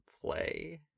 play